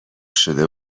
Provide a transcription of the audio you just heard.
شده